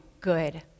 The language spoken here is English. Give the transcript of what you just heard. good